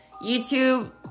YouTube